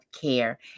care